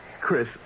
Chris